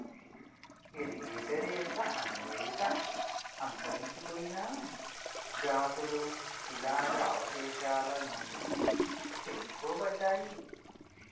alligator యొక్క అనేక అంతరించిపోయిన జాతులు శిలాజ అవశేషాల నుండి తెలుసుకోబడ్డాయి